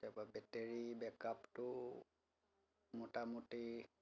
তাৰ পৰা বেটেৰী বেকআপটো মোটামুটি